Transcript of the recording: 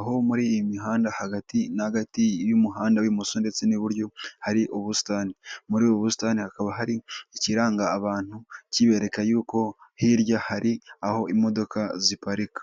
aho muri iyi mihanda hagati na hagati y'umuhanda w'imoso ndetse n'iburyo hari ubusitani, muri ubu busitani hakaba hari ikiranga abantu kibereka y'uko hirya hari aho imodoka ziparika.